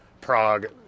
Prague